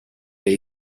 day